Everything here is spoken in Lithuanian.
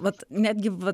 vat netgi vat